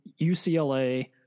ucla